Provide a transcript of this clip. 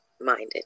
minded